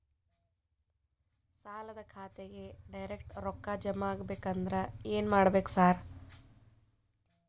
ಸಾಲದ ಖಾತೆಗೆ ಡೈರೆಕ್ಟ್ ರೊಕ್ಕಾ ಜಮಾ ಆಗ್ಬೇಕಂದ್ರ ಏನ್ ಮಾಡ್ಬೇಕ್ ಸಾರ್?